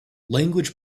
language